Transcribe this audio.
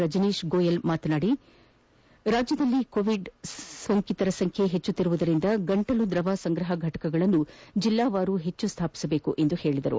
ರಜನೀಶ್ ಗೋಯಲ್ ಮಾತನಾಡಿ ರಾಜ್ಯದಲ್ಲಿ ಕೋವಿಡ್ ಸೋಂಕಿತರ ಸಂಖ್ಯೆ ಹೆಚ್ಚುತ್ತಿರುವುದರಿಂದ ಗಂಟಲು ದ್ರವ ಸಂಗ್ರಹ ಫಟಕಗಳನ್ನು ಜಿಲ್ಲಾವಾರು ಹೆಚ್ಚು ಸ್ವಾಪಿಸಬೇಕು ಎಂದು ತಿಳಿಸಿದರು